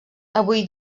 avui